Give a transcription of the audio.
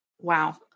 Wow